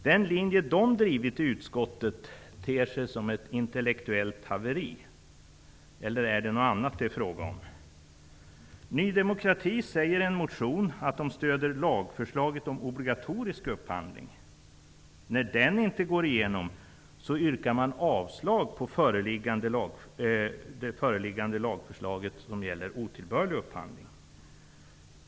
Den linje som nydemokraterna drivit i utskottet ter sig som ett intellektuellt haveri -- eller är det något annat som det är fråga om. I en motion säger man i Ny demokrati att man stöder lagförslaget om obligatorisk upphandling. När den motionen inte antas yrkar man avslag på föreliggande lagförslag om otillbörligt beteende avseende offentlig upphandling.